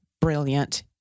brilliant